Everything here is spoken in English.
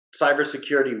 cybersecurity